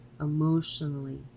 emotionally